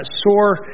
sore